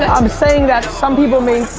i'm saying that some people may